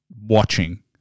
watching